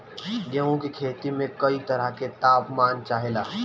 गेहू की खेती में कयी तरह के ताप मान चाहे ला